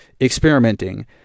experimenting